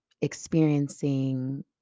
experiencing